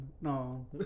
No